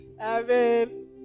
Amen